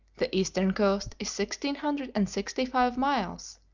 the eastern coast is sixteen hundred and sixty-five miles,